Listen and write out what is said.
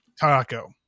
taco